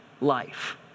life